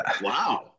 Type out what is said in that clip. Wow